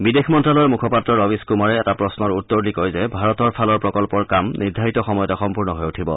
বিদেশ মন্ত্যালয়ৰ মুখপাত্ৰ ৰবিছ কুমাৰে এটা প্ৰশ্নৰ উত্তৰ দি কয় যে ভাৰতৰ ফালৰ প্ৰকল্পৰ কাম নিৰ্ধাৰিত সময়তে সম্পূৰ্ণ হৈ উঠিব